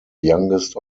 youngest